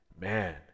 man